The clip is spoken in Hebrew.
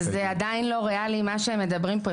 זה עדיין לא ריאלי מה שהם מדברים פה,